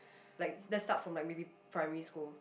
like let's start from my maybe primary school